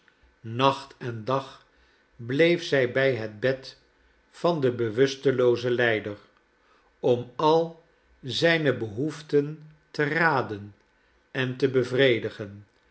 nacht en dag bleef zij bij het bed van den bewusteloozen lijder om al zijne behoeften te raden en te bevredigen